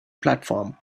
platform